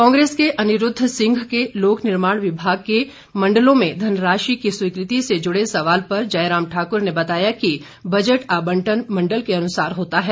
कांग्रेस के अनिरूद्व सिंह के लोक निर्माण विभाग के मण्डलों में धनराशि की स्वीकृति से जुड़े सवाल पर जयराम ठाकुर ने बताया कि बजट आबंटन मण्डल के अनुसार होता है